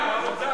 האוצר.